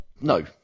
No